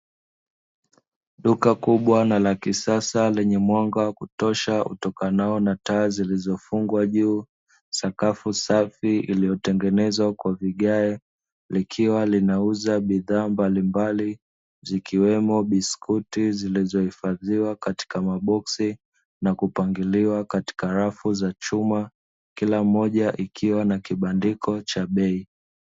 Duka kubwa na la kisasa lenye mwanga wa kutosha utokanao na taa zilizofungwa juu, sakafu safi iliyotengenezwa kwa vigae, likiwa linauza bidhaa mbalimbali, zikiwemo biskuti, zilizohifadhiwa katika maboksi na kupangiliwa katika rafu za chuma, kila moja ikiwa na kibandiko cha bei.